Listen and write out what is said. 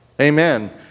amen